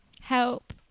help